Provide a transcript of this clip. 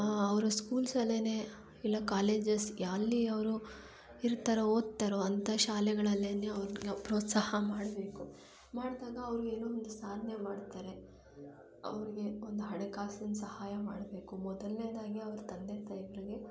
ಅವರು ಸ್ಕೂಲ್ಸಲ್ಲೆನೇ ಇಲ್ಲ ಕಾಲೇಜಸ್ ಎಲ್ಲಿ ಅವರು ಇರ್ತಾರೋ ಓದ್ತಾರೋ ಅಂಥ ಶಾಲೆಗಳಲ್ಲೇ ಅವ್ರನ್ನ ಪ್ರೋತ್ಸಾಹ ಮಾಡಬೇಕು ಮಾಡಿದಾಗ ಅವರೇನೋ ಒಂದು ಸಾಧ್ನೆ ಮಾಡ್ತಾರೆ ಅವರಿಗೆ ಒಂದು ಹಣಕಾಸಿನ ಸಹಾಯ ಮಾಡಬೇಕು ಮೊದಲನೇದಾಗಿ ಅವರ ತಂದೆ ತಾಯಿಗಳಿಗೆ